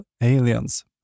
Aliens